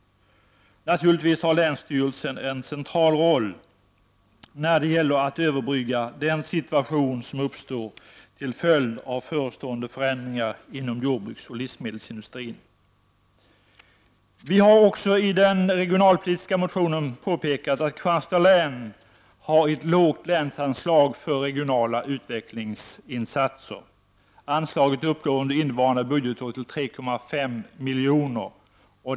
Naturligtvis har länsstyrelsen en central roll när det gäller att överbrygga den situation som uppstår till följd av förestående förändringar inom jordbruksoch livsmedelsindustrin. Vi har också i den regionalpolitiska motionen påpekat att Kristianstads län har ett lågt länsanslag för regionala utvecklingsinsatser. Anslaget uppgår under innevarande budgetår till 3,5 milj.kr.